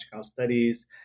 studies